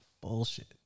bullshit